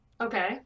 Okay